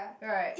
right